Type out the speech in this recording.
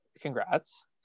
Congrats